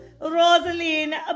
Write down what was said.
Rosaline